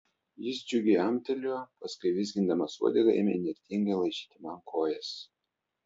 jis džiugiai amtelėjo paskui vizgindamas uodegą ėmė įnirtingai laižyti man kojas